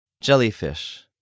Jellyfish